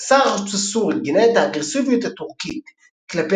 שר החוץ הסורי גינה את "האגרסיביות הטורקית כלפי